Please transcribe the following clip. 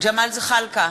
ג'מאל זחאלקה,